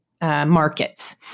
markets